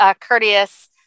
courteous